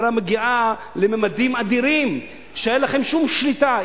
היא הרי מגיעה לממדים אדירים שאין לכם עליהם שום שליטה.